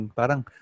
parang